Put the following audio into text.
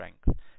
strength